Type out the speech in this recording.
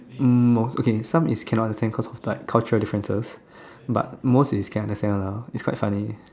um no okay some is cannot understand because of like culture differences but most is can understand one lah it's quite funny